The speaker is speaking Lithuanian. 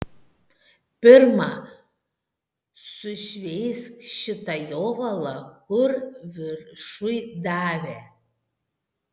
pirma sušveisk šitą jovalą kur viršuj davė